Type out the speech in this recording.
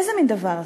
איזה מין דבר זה?